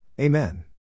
Amen